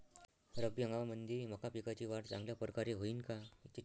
रब्बी हंगामामंदी मका पिकाची वाढ चांगल्या परकारे होईन का?